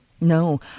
No